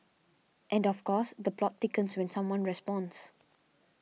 and of course the plot thickens when someone responds